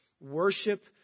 Worship